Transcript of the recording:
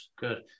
good